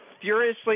Furiously